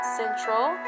central